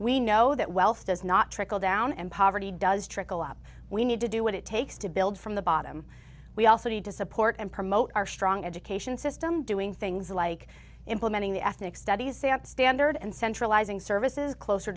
we know that wealth does not trickle down and poverty does trickle up we need to do what it takes to build from the bottom we also need to support and promote our strong education system doing things like implementing the ethnic studies that standard and centralizing services closer